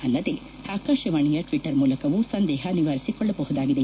ಆಲ್ಲದೇ ಆಕಾಶವಾಣಿಯ ಟ್ವಿಟರ್ ಮೂಲಕವೂ ಸಂದೇಹ ನಿವಾರಿಸಿಕೊಳ್ಳಬಹುದಾಗಿದೆ